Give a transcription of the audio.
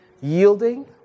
Yielding